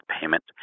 payment